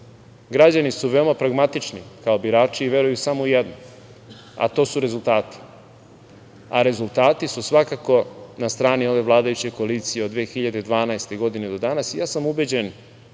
Građani su veoma pragmatični kao birači i veruju samo u jedno, a to su rezultati. Rezultati su svakako na strani ove vladajuće koalicije od 2012. godine do danas. Ubeđen